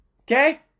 Okay